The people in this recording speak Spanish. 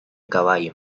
caballo